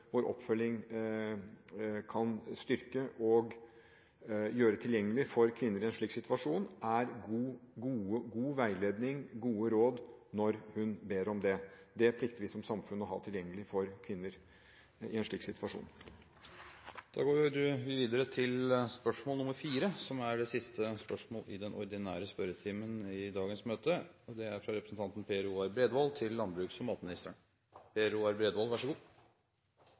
vår oppfølging kan styrke og gjøre tilgjengelig for kvinner i en slik situasjon, er god veiledning, gode råd, når hun ber om det. Det plikter vi som samfunn å ha tilgjengelig for kvinner i en slik situasjon. Jeg ønsker å stille følgende spørsmål til landbruks- og matministeren: «Mens det før var en rekke små sagbruk ute i distriktene, er det nå kun noen få store igjen i hele landet. Hvordan ser statsråden på muligheten for å oppmuntre til